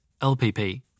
LPP